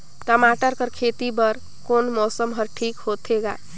टमाटर कर खेती बर कोन मौसम हर ठीक होथे ग?